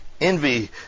envy